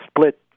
split